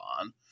on